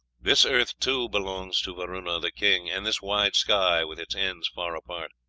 this earth, too, belongs to varuna, the king, and this wide sky, with its ends far apart.